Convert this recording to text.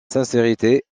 sincérité